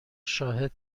شاهد